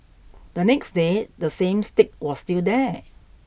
the next day the same stick was still there